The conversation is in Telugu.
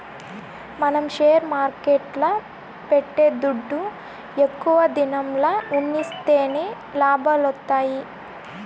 మనం షేర్ మార్కెట్ల పెట్టే దుడ్డు ఎక్కువ దినంల ఉన్సిస్తేనే లాభాలొత్తాయి